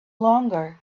longer